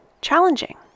challenging